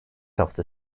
hafta